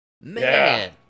Man